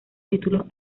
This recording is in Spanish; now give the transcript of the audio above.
títulos